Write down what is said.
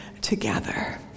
together